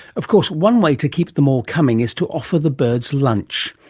of course, one way to keep them all coming is to offer the birds lunch.